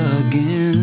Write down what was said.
again